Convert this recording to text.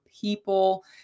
people